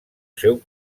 seu